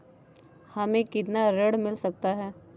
हमें कितना ऋण मिल सकता है?